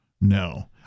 No